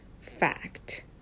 fact